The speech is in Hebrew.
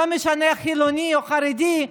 לא משנה חילוני או חרדי,